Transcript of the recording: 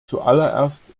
zuallererst